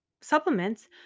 supplements